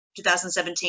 2017